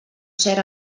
cert